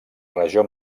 regió